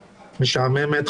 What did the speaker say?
משעממת,